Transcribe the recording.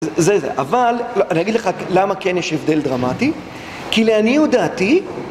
אבל, אני אגיד לך למה כן יש הבדל דרמטי, כי לעניות דעתי